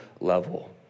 level